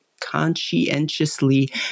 conscientiously